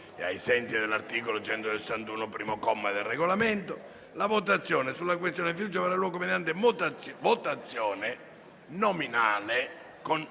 e ai sensi dell'articolo 161, comma 1, del Regolamento, la votazione sulla questione di fiducia avrà luogo mediante votazione nominale con